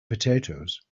potatoes